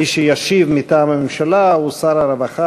מי שישיב מטעם הממשלה הוא שר הרווחה